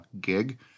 gig